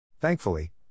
Thankfully